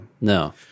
No